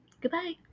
Goodbye